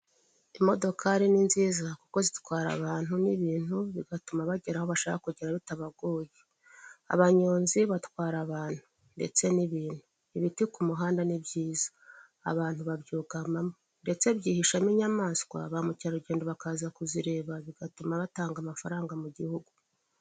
Imodokari ni nziza kuko zitwara abantu n'ibintu bigatuma bagera aho bashaka kugera bitabagoye. Abanyonzi batwara abantu ndetse n'ibintu. Ibiti ku muhanda ni byiza abantu babyugamamo, ndetse byihishamo inyamaswa ba mukerarugendo bakaza kuzireba bigatuma batanga amafaranga mu gihugu.